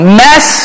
mess